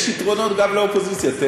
יש יתרונות גם לאופוזיציה.